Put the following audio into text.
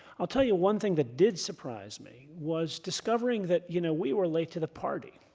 i'll tell you one thing that did surprise me was discovering that you know we were late to the party.